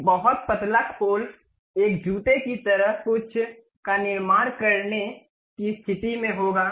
एक बहुत पतला खोल एक जूते की तरह कुछ का निर्माण करने की स्थिति में होगा